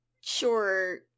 sure